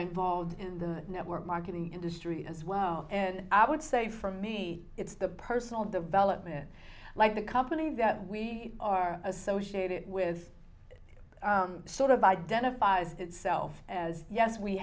involved in the network marketing industry as well and i would say for me it's the personal development like the company that we are associated with sort of identifies itself as yes we